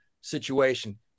situation